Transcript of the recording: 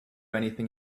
anything